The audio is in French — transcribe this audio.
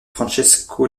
francesco